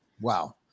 Wow